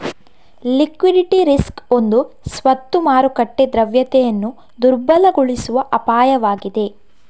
liquidity risk ಒಂದು ಸ್ವತ್ತು ಮಾರುಕಟ್ಟೆ ದ್ರವ್ಯತೆಯನ್ನು ದುರ್ಬಲಗೊಳಿಸುವ ಅಪಾಯವಾಗಿದೆ